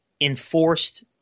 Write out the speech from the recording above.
enforced